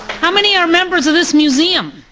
how many are members of this museum?